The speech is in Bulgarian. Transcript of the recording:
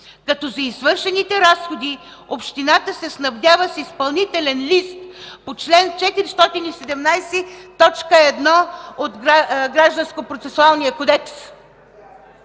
като за извършените разходи общината се снабдява с изпълнителен лист по чл. 417, т. 1 от Гражданския процесуалния кодекс.